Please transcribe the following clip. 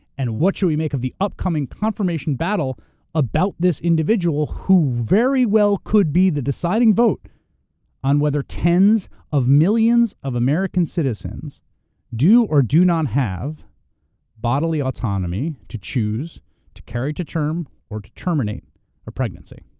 and what should we make of the upcoming confirmation battle about this individual who very well could be the deciding vote on whether tens of millions of american citizens do or do not have bodily autonomy to choose to carry to term or to terminate a pregnancy?